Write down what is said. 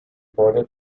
border